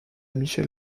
michel